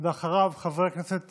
אחריו, חבר הכנסת